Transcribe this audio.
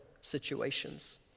situations